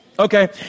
Okay